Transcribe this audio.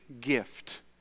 gift